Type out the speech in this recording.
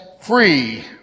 free